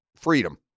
freedom